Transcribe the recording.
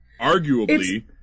arguably